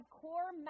core